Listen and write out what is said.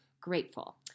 grateful